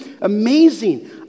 Amazing